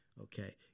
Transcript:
Okay